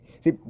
see